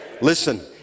Listen